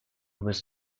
was